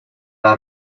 are